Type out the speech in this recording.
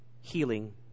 healing